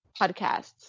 podcasts